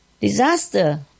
disaster